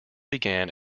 began